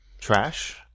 trash